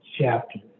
chapter